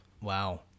Wow